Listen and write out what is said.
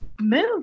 Move